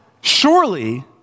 surely